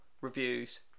reviews